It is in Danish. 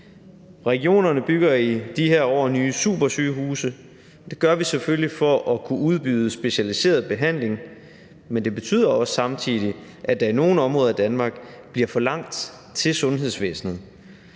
Regionerne bygger i de her år nye supersygehuse, og det gør vi selvfølgelig for at kunne udbyde specialiseret behandling, men det betyder også samtidig, at der i nogle områder af Danmark bliver for langt til sundhedsvæsenet.